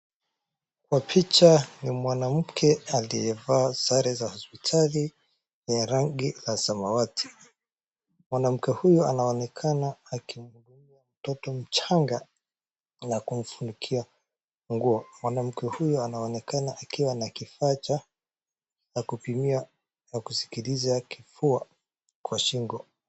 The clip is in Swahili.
Kwa picha ni mwanamke aliyevaa sare za hosipitali ya rangi ya samawati. Mwanamke huyo anaonekana akimbeba myoto mchanga na kumfunikia nguo. Mwanamke huyo anaonekana akiwa na kifaa cha kupimia na kusikiliza kifua kwa shingo.